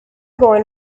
going